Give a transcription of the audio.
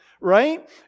right